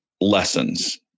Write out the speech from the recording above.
lessons